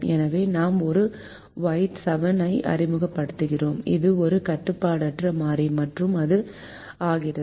எனவே நாம் ஒரு Y7 ஐ அறிமுகப்படுத்துகிறோம் இது ஒரு கட்டுப்பாடற்ற மாறி மற்றும் அது ஆகிறது